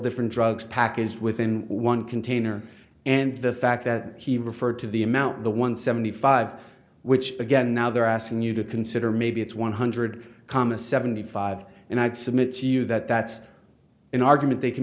different drugs packaged within one container and the fact that he referred to the amount the one seventy five which again now they're asking you to consider maybe it's one hundred comma seventy five and i would submit to you that that's an argument they can